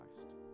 Christ